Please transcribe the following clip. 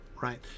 right